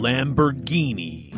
Lamborghini